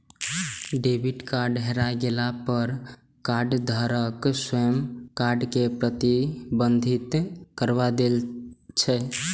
debit card हेरा गेला पर कार्डधारक स्वयं कार्ड कें प्रतिबंधित करबा दै छै